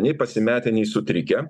nei pasimetę nei sutrikę